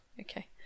Okay